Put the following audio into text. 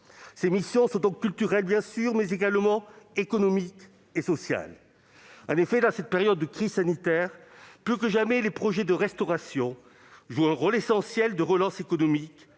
Ses missions sont donc culturelles bien sûr, mais également économiques et sociales. En effet, dans cette période de crise sanitaire, les projets de restauration jouent plus que jamais un rôle essentiel de relance économique,